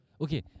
Okay